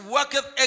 Worketh